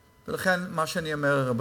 לכן, מה שאני אומר, רבותי,